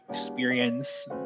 experience